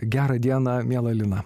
gera diena miela lina